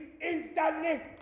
instantly